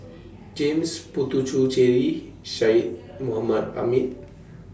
James Puthucheary Syed Mohamed Ahmed